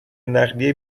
نقلیه